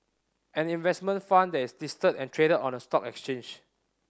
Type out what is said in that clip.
an investment fund that is listed and traded on a stock exchange